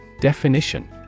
Definition